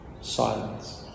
Silence